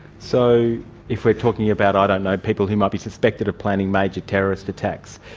so if we are talking about, i don't know, people who might be suspected of planning major terrorist attacks,